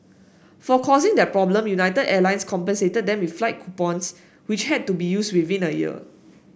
for causing that problem United Airlines compensated them with flight coupons which had to be used within a year